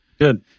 good